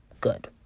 good